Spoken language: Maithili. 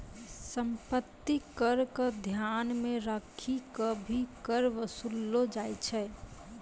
सम्पत्ति कर क ध्यान मे रखी क भी कर वसूललो जाय छै